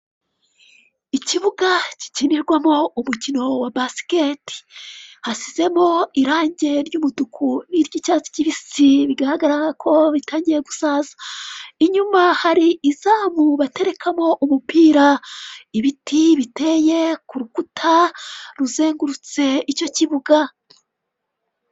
Ikibuga gikinirwamo urukino wa basiketi, hasizemo irangi ry'umutuku n'iry'icyatsi kibisi bigaragara ko bitangiye gusaza. Inyuma hari izamu baterekamo umupira ibiti biteye ku rukuta ruzengurutse icyo kibuga.